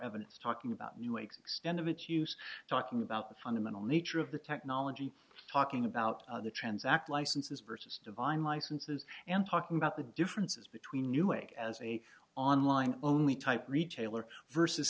evidence talking about you extend of it use talking about the fundamental nature of the technology talking about the transact licenses versus divine licenses and talking about the differences between a new way as a online only type retailer versus